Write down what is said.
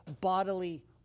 bodily